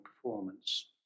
performance